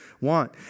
want